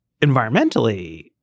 environmentally